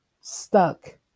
stuck